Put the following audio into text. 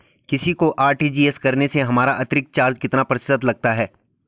किसी को आर.टी.जी.एस करने से हमारा अतिरिक्त चार्ज कितने प्रतिशत लगता है?